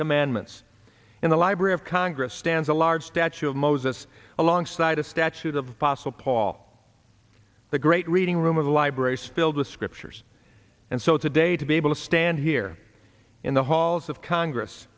commandments in the library of congress stands a large statue of moses alongside a statute of possible paul the great reading room of the libraries filled with scriptures and so it's a day to be able to stand here in the halls of congress